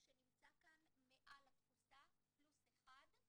נמצא כאן, מעל התפוסה, פלוס אחד.